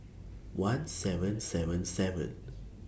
one seven seven seven